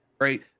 right